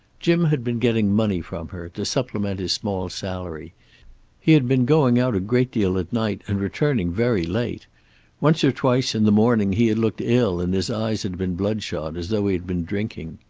jim had been getting money from her, to supplement his small salary he had been going out a great deal at night, and returning very late once or twice, in the morning, he had looked ill and his eyes had been bloodshot, as though he had been drinking.